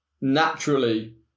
naturally